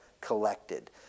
collected